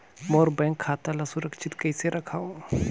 मोर bank खाता ला सुरक्षित कइसे रखव?